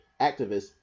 activists